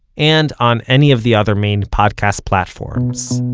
and on any of the other main podcast platforms